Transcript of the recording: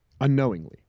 unknowingly